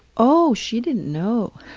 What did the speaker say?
oh, she didn't know.